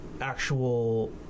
actual